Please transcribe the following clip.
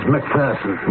McPherson